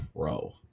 pro